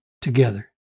together